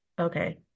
Okay